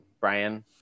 Brian